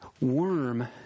worm